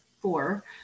four